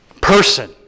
person